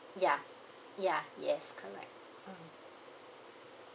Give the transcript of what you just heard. ya ya yes correct mm